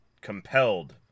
compelled